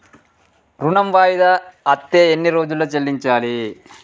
ఋణం వాయిదా అత్తే ఎన్ని రోజుల్లో చెల్లించాలి?